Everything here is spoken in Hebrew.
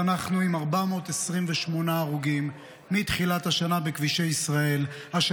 ואנחנו עם 428 הרוגים בכבישי ישראל מתחילת השנה,